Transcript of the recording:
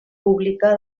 pública